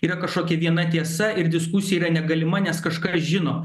yra kašokia viena tiesa ir diskusija yra negalima nes kažką žino